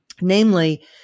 namely